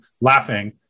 laughing